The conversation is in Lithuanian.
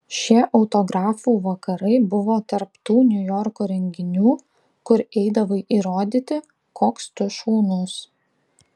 šie autografų vakarai buvo tarp tų niujorko renginių kur eidavai įrodyti koks tu šaunus